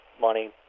money